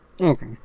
okay